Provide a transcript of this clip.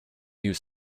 you